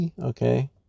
Okay